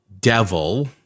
devil